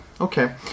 Okay